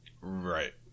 Right